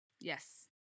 Yes